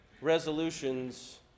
resolutions